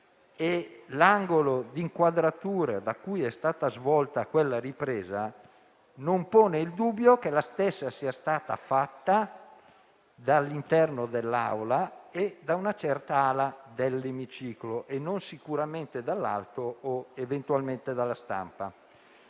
l'angolo di inquadratura da cui è stata svolta quella ripresa non pone il dubbio che la stessa sia stata fatta dall'interno dell'Aula e da una certa ala dell'Emiciclo e non sicuramente dall'alto o, eventualmente, dalla stampa.